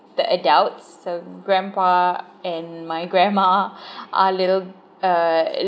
the adults so grandpa and my grandma are little uh